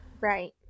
Right